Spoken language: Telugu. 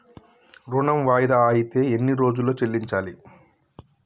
ఋణం వాయిదా అత్తే ఎన్ని రోజుల్లో చెల్లించాలి?